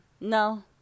No